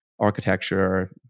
architecture